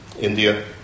India